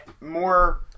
more